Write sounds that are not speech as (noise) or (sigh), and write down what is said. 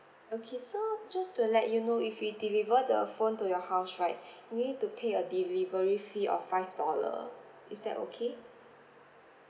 okay so just to let you know if we deliver the phone to your house right (breath) you need to pay a delivery fee of five dollar is that okay